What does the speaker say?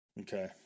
Okay